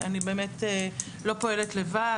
ואני באמת לא פועלת לבד,